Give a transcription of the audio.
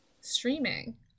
streaming